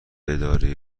اداره